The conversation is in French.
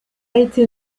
été